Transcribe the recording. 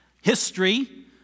history